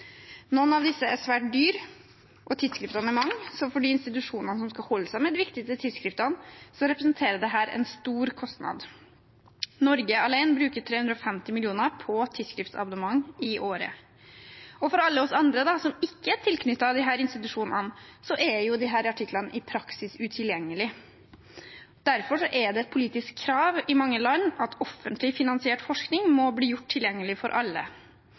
Noen av disse er svært dyre, og tidsskriftene er mange, så for de institusjonene som skal holde seg med de viktigste tidsskriftene, representerer dette en stor kostnad. Norge, alene, bruker 350 mill. kr på tidsskriftsabonnement i året. For alle oss andre som ikke er tilknyttet disse institusjonene, er jo disse artiklene i praksis utilgjengelige. Derfor er det et politisk krav i mange land at offentlig finansiert forskning må bli gjort tilgjengelig for alle.